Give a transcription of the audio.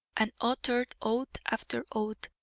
and uttered oath after oath,